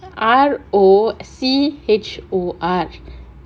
R O C H O R